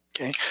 Okay